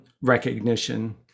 recognition